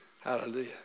Hallelujah